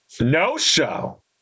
no-show